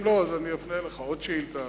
אם לא, אז אפנה אליך עוד שאילתא.